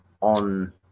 on